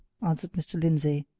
answered mr. lindsey.